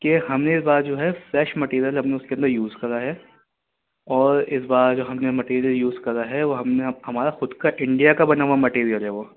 کہ ہم نے اس بار جو ہے فریش مٹیریل ہم نے اس کے اندر یوز کرا ہے اور اس بار جو ہم نے مٹیریل یوز کرا ہے وہ ہم نے ہمارا خود کا انڈیا کا بنا ہوا مٹیریل ہے وہ